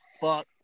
fuck